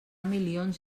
milions